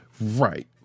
Right